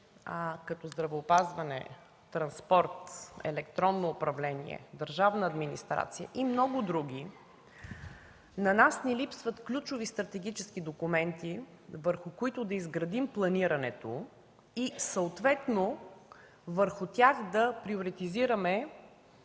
като здравеопазване, транспорт, електронно управление, държавна администрация и много други, на нас ни липсват ключови, стратегически документи, върху които да изградим планирането и върху тях да приоритизираме